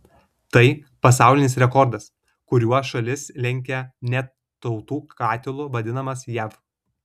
tai pasaulinis rekordas kuriuo šalis lenkia net tautų katilu vadinamas jav